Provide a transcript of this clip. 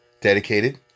dedicated